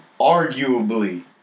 arguably